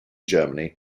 germany